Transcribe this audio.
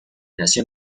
nació